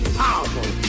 powerful